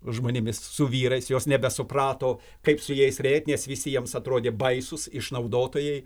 žmonėmis su vyrais jos nebesuprato kaip su jais reik visi jiems atrodė baisūs išnaudotojai